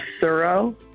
thorough